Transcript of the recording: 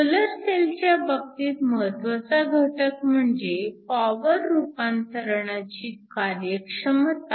solar सेलच्या बाबतीत महत्वाचा घटक म्हणजे पॉवर रुपांतरणाची कार्यक्षमता